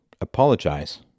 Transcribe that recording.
apologize